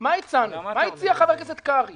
מה הציע חבר הכנסת קרעי